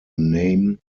name